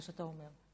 זה מה שאתה אומר.